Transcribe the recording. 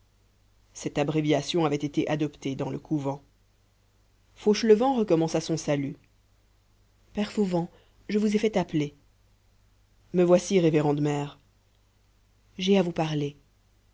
cette abréviation avait été adoptée dans le couvent fauchelevent recommença son salut père fauvent je vous ai fait appeler me voici révérende mère j'ai à vous parler